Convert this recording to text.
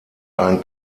einen